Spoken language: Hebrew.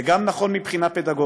זה נכון גם מבחינה פדגוגית,